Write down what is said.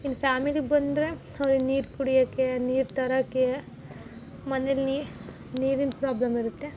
ಇನ್ನು ಫ್ಯಾಮಿಲಿಗೆ ಬಂದರೆ ನೀರು ಕುಡ್ಯೋಕ್ಕೆ ನೀರು ತರಕ್ಕೆ ಮನೆಲ್ಲಿ ನೀರಿನ ಪ್ರಾಬ್ಲೆಮ್ ಇರುತ್ತೆ